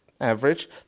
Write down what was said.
average